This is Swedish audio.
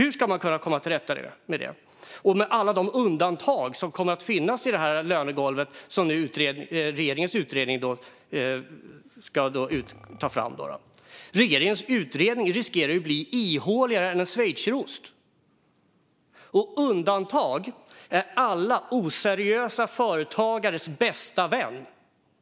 Hur ska man kunna komma till rätta med detta med alla de undantag som kommer att finnas när det gäller det lönegolv som regeringens utredning ska ta fram? Regeringens utredning riskerar att bli ihåligare än en schweizerost, och jag hävdar att undantag är alla oseriösa företagares bästa vän.